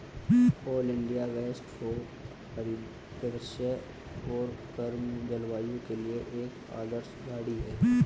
oleander west coast परिदृश्य और गर्म जलवायु के लिए एक आदर्श झाड़ी है